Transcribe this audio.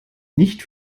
nicht